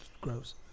gross